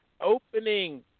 opening